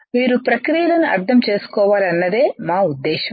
మీరు ప్రక్రియలను అర్థం చేసుకోవాలన్నదే మా ఉద్దేశం